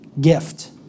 gift